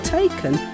taken